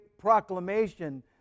proclamation